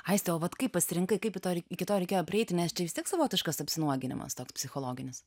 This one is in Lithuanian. aiste o vat kaip pasirinkai kaip iki to iki to reikėjo prieiti nes čia vis tiek savotiškas apsinuoginimas toks psichologinis